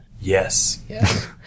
Yes